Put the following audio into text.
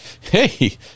Hey